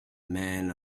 men